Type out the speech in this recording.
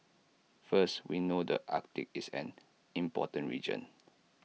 first we know the Arctic is an important region